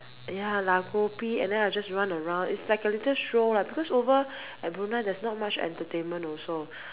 ya 拉 kopi and then I just run around is like a little show lah because over at Brunei there's not much entertainment also